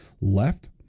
left